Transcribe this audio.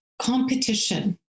competition